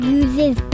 uses